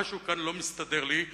משהו כאן לא מסתדר לי.